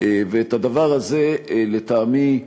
ואת הדבר הזה, לטעמי,